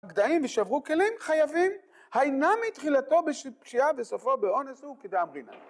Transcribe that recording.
גדאים ושברו כלים חייבים, היינה מתחילתו בפשיעה ובסופו באונס הוא כדאמרינן.